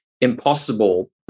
impossible